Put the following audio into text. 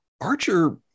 Archer